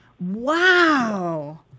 Wow